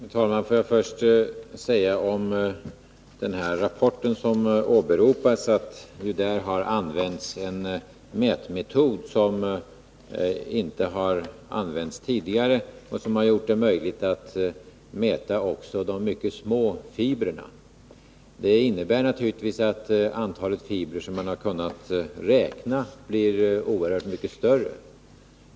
Herr talman! Låt mig börja med att säga om den rapport som åberopats, att det har använts en mätmetod som inte har använts tidigare och som har gjort det möjligt att mäta också de mycket små fibrerna. Det innebär naturligtvis att det antal fibrer man kunnat räkna blivit oerhört mycket större än tidigare.